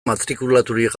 matrikulaturik